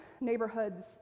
neighborhoods